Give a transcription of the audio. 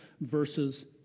versus